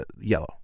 yellow